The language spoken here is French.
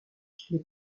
les